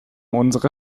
unsere